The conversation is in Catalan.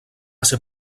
ser